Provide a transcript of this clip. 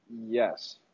Yes